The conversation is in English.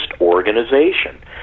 organization